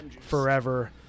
forever